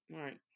Right